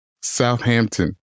Southampton